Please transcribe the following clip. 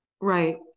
Right